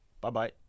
Bye-bye